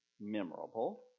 memorable